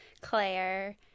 Claire